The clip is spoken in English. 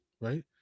right